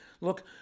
look